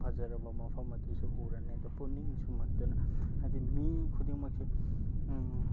ꯐꯖꯔꯕ ꯃꯐꯝ ꯑꯗꯨꯁꯨ ꯎꯔꯅꯤ ꯑꯗꯨꯅ ꯄꯨꯛꯅꯤꯡ ꯁꯨꯝꯍꯠꯇꯨꯅ ꯍꯥꯏꯕꯗꯤ ꯃꯤ ꯈꯨꯗꯤꯡꯃꯛꯁꯦ